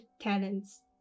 talents